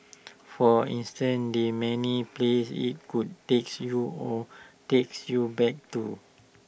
for instance the many places IT could takes you or takes you back to